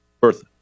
Bertha